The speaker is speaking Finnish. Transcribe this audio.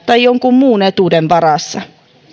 tai muun etuuden varassa